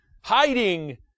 hiding